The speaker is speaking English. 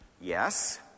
Yes